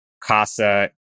Casa